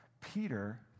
Peter